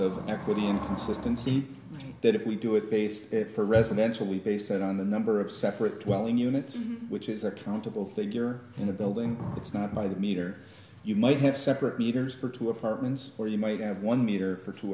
of equity inconsistency that if we do it based for residential we base that on the number of separate wellin units which is a countable figure in the building it's not by the meter you might have separate meters for two apartments or you might have one meter for two